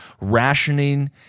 rationing